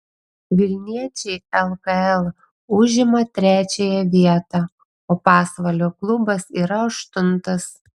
vilniečiai lkl užima trečiąją vietą o pasvalio klubas yra aštuntas